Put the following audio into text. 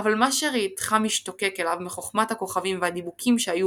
"אבל מה שראיתך משתוקק אליו מחכמת הכוכבים והדיבוקים שהיו